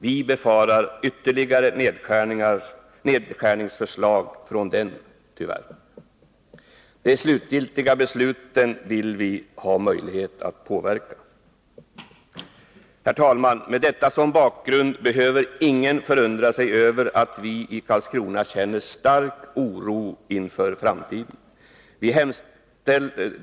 Vi befarar ytterligare nedskärningsförslag från den utredningen, tyvärr. De slutgiltiga besluten vill vi ha möjlighet att påverka. Herr talman! Med detta som bakgrund behöver ingen förundra sig över att vi i Karlskrona känner stark oro inför framtiden.